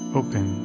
open